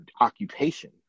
occupation